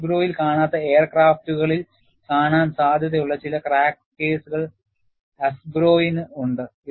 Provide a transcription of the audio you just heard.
NASGROW ഇൽ കാണാത്ത എയർക്രാഫ്റ്റുകളിൽ കാണാൻ സാധ്യതയുള്ള ചില ക്രാക്ക് കേസുകൾ AFGROW ന് ഉണ്ട്